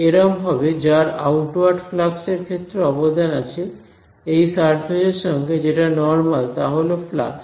এরম হবে যার আউটওয়ার্ড ফ্লাক্স এর ক্ষেত্রে অবদান আছে এই সারফেস এর সঙ্গে যেটা নর্মাল তাহল ফ্লাক্স